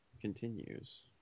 continues